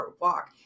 walk